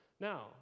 Now